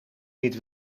niet